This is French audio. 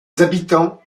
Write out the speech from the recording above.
habitants